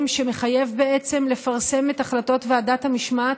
שמחייב לפרסם את החלטות ועדת המשמעת,